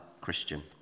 Christian